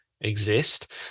exist